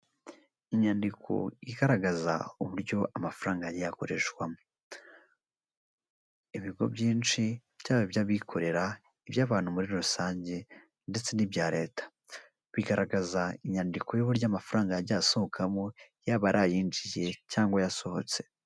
Inyandiko igaragaza uburyo amafaranga yagiye akoreshwamo, ibigo byinshi by'aba ibyabikorera iby'abantu muri rusange ndetse n'ibya leta, bigaragaza inyandiko y'uburyo amafaranga yagiye asohokamo yaba arayinjiye cyangwa yasohotse.